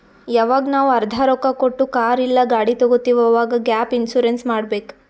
ಯವಾಗ್ ನಾವ್ ಅರ್ಧಾ ರೊಕ್ಕಾ ಕೊಟ್ಟು ಕಾರ್ ಇಲ್ಲಾ ಗಾಡಿ ತಗೊತ್ತಿವ್ ಅವಾಗ್ ಗ್ಯಾಪ್ ಇನ್ಸೂರೆನ್ಸ್ ಮಾಡಬೇಕ್